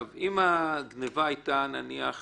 אם הגניבה הייתה נניח